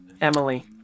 Emily